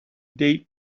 date